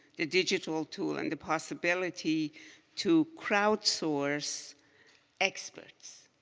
the digital tool and the possibility to crowdsource experts.